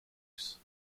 luxe